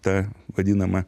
ta vadinama